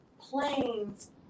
planes